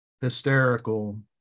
hysterical